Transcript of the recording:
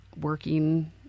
working